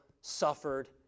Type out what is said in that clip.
suffered